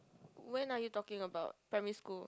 when are you talking about primary school